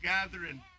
Gathering